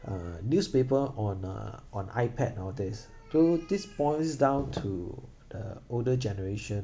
uh newspaper on uh on iPad nowadays so this boils down to the older generation